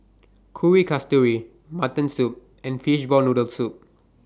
Kuih Kasturi Mutton Soup and Fishball Noodle Soup